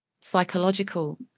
psychological